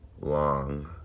long